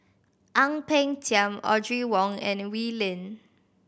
Ang Peng Tiam Audrey Wong and Wee Lin